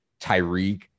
Tyreek